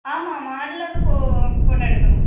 ஆமாம் ஆமாம் அதில் தான் ஃபோ போட்டோ எடுக்கணும்